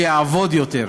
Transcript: שיעבוד יותר.